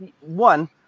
One